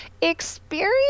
experience